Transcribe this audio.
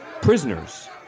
prisoners